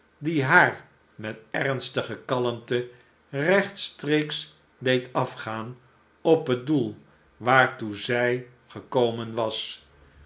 die haar met ernstigekalmte recht streeks deed afgaan op hut doel waartoe zij gekomen was